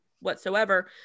whatsoever